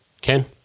Ken